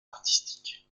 artistique